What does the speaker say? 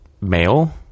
male